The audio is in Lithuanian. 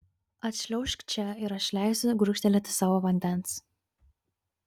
atšliaužk čia ir aš leisiu gurkštelėti savo vandens